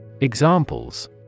Examples